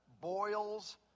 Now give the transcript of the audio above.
Boils